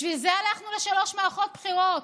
בשביל זה הלכנו לשלוש מערכות בחירות,